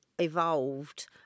evolved